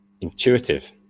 intuitive